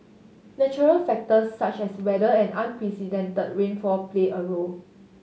natural factors such as weather and unprecedented rainfall play a role